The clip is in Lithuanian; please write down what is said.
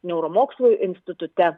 neuromokslų institute